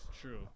True